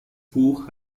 buch